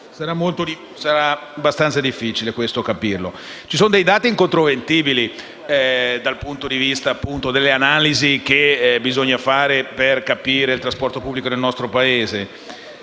sarà abbastanza difficile capirlo. Ci sono dei dati incontrovertibili dal punto di vista delle analisi che bisogna fare, per capire il trasporto pubblico nel nostro Paese